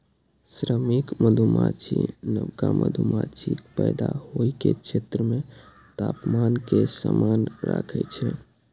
श्रमिक मधुमाछी नवका मधुमाछीक पैदा होइ के क्षेत्र मे तापमान कें समान राखै छै